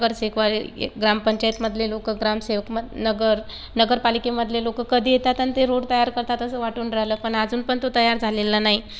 नगरसे ग्रामपंचायतमधले लोकं ग्रामसेवक म नगर नगरपालिकेमधले लोकं कधी येतात आणि ते रोड तयार करतात असं वाटून राहिलं पण अजून पण तो तयार झालेला नाही